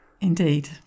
indeed